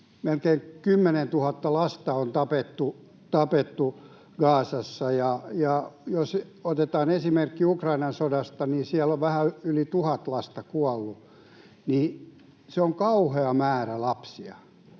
melkein 10 000 lasta on tapettu Gazassa. Jos otetaan esimerkki Ukrainan sodasta, niin siellä on vähän yli 1 000 lasta kuollut. Se on kauhea määrä lapsia.